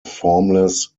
formless